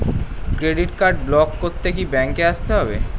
Credit card block করতে কি ব্যাংকে আসতে হবে?